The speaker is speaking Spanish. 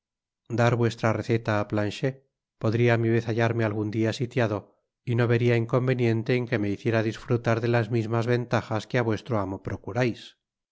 dar vuestra receta á planchet podria á mi vez hallarme algun dia sitiado y no veria inconveniente en que me hiciera disfrutar de las mismas ventajas que á vuestro amo procurais